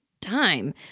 time